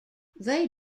they